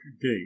gate